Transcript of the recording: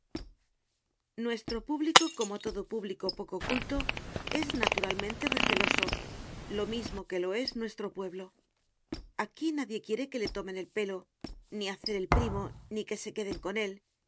nuestro público como todo público poco culto es naturalmente receloso lo mismo que lo es nuestro pueblo aquí nadie quiere que le tomen el pelo ni hacer el primo ni que se queden con él